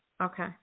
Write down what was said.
okay